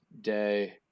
Day